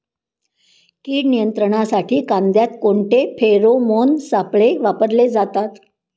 कीड नियंत्रणासाठी कांद्यात कोणते फेरोमोन सापळे वापरले जातात?